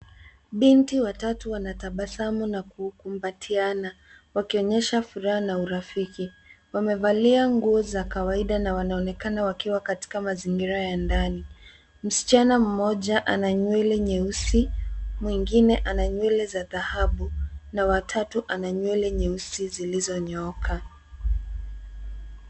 Binti watatu wanatabasamu na kukumbatiana wakionyesha furaha na urafiki ,wamevalia nguo za kawaida na wanaonekana wakiwa katika mazingira ya ndani msichana mmoja ana nywele nyeusi mwingine ana nywele za dhahabu na watatu ana nywele nyeusi zilizonyooka.